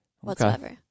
whatsoever